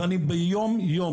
ביום יום,